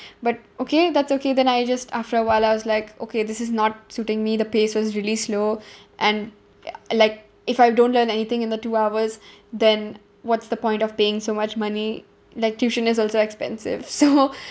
but okay that's okay then I just after a while I was like okay this is not suiting me the pace was really slow and like if I don't learn anything in the two hours then what's the point of paying so much money like tuition is also expensive so